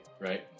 right